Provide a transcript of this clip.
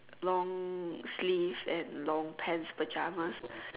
long sleeve and long pants pyjamas